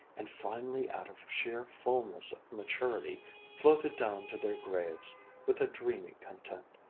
and finally out of sheer fullness of maturity floated down to their graves with a dreamy content.